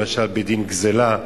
למשל בדין גזלה,